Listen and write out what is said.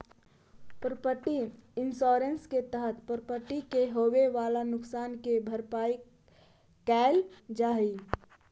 property insurance के तहत property के होवेऽ वाला नुकसान के भरपाई कैल जा हई